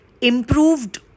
improved